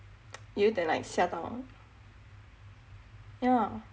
有一点 like 吓到 yah